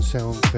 Sound